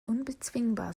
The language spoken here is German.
unbezwingbar